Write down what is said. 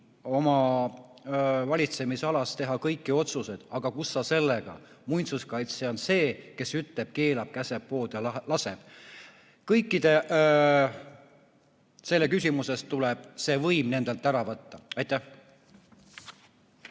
oma valitsemisalas teha kõiki otsuseid, aga kus sa sellega. Muinsuskaitse on see, kes keelab, käseb, poob ja laseb. Selles küsimuses tuleb võim nendelt ära võtta. Aitäh!